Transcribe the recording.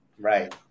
Right